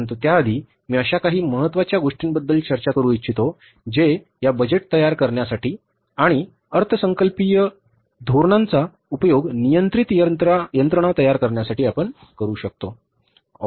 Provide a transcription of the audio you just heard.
परंतु त्याआधी मी अशा काही महत्वाच्या गोष्टींबद्दल चर्चा करू इच्छितो जे या बजेट तयार करण्यासाठी आणि अर्थसंकल्पीय आणि अर्थसंकल्पीय धोरणाचा उपयोग नियंत्रित यंत्रणा तयार करण्यासाठी करू शकतो